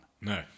No